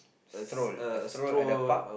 stroll a stroll at the park